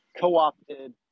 co-opted